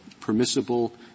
permissible